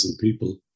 people